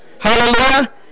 Hallelujah